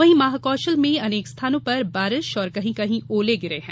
वहीं महाकौशल में अनेक स्थानों पर बारिश और कहीं कहीं ओले गिरे हैं